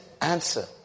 answer